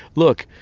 look